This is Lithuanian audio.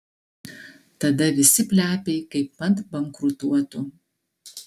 tada visi plepiai kaipmat bankrutuotų